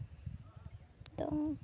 ᱱᱤᱛᱳᱜ ᱦᱚᱸ